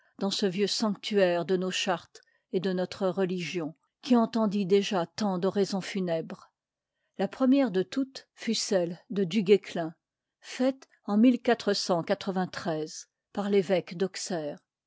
dans ce vieux sanctuaire de nos chartes et de notre religion qui entendit déjà tant d'oraisons funèbres la première de toutes fut celle t duguesclin faite en par l'évéque d'auxerre